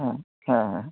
ᱦᱮᱸ ᱦᱮᱸ